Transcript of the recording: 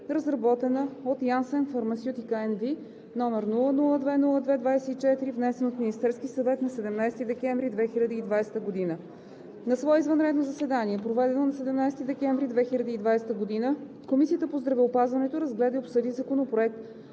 разработена от Janssen Pharmaceutica NV, № 002-02-24, внесен от Министерския съвет на 17 декември 2020 г. На свое извънредно заседание, проведено на 17 декември 2020 г., Комисията по здравеопазването разгледа и обсъди Законопроект